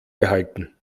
behalten